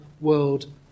world